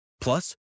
Plus